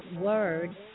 word